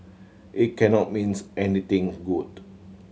it cannot means anything good